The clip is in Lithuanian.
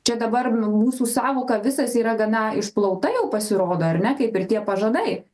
čia dabar mūsų sąvoka visas yra gana išplauta jau pasirodo ar ne kaip ir tie pažadai